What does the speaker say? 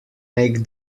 make